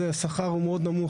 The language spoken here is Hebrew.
השכר הוא מאוד נמוך,